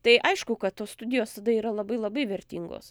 tai aišku kad tos studijos tada yra labai labai vertingos